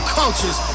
cultures